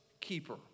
keeper